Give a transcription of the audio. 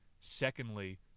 Secondly